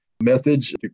methods